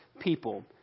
people